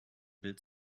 bild